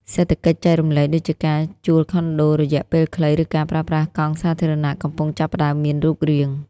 សេដ្ឋកិច្ចចែករំលែក ដូចជាការជួលខុនដូរយៈពេលខ្លី ឬការប្រើប្រាស់កង់សាធារណៈ កំពុងចាប់ផ្ដើមមានរូបរាង។